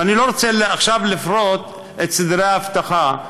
ואני לא רוצה עכשיו לפרוט את סדרי האבטחה,